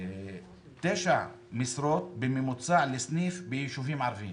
תשע משרות בממוצע לסניף ביישובים ערביים